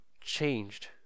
changed